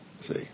See